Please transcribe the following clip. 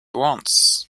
once